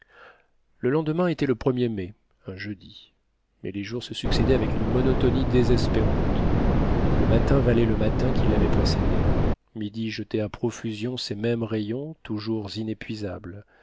le lendemain était le ler mai un jeudi mais les jours se succédaient avec une monotonie désespérante le matin valait le matin qui l'avait précédé midi jetait à profusion ses mêmes rayons toujours inépuisables